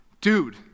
Dude